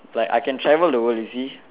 like I can travel the world you see